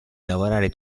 lavorare